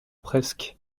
presque